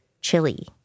chili